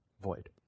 void